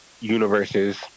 universes